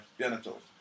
genitals